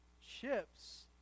ships